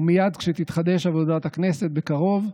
ומייד כשתתחדש עבודת הכנסת, בקרוב,